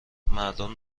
مردم